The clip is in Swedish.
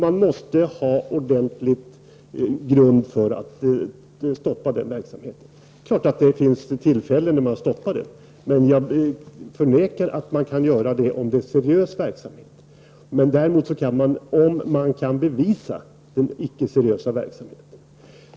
Man måste ha ordentlig grund för att stoppa en verksamhet. Visst finns det tillfällen då man har stoppat. Men jag förnekar att man kan göra det om det är seriös verksamhet, däremot kan man, om man har bevis, stoppa den icke seriösa verksamheten.